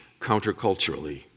counterculturally